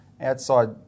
outside